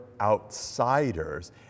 outsiders